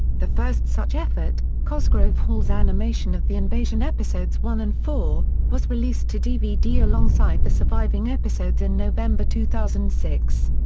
the first such effort, cosgrove hall's animation of the invasion episodes one and four, was released to dvd alongside the surviving episodes in november two thousand and six.